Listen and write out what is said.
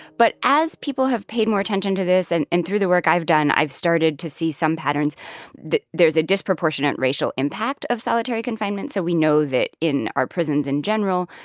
but as people have paid more attention to this and and through the work i've done, i've started to see some patterns that there's a disproportionate racial impact of solitary confinement. so we know that in our prisons in general,